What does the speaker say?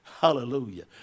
Hallelujah